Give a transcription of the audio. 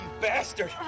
bastard